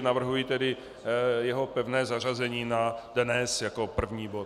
Navrhuji tedy jeho pevné zařazení na dnes jako první bod.